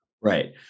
Right